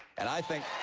and i think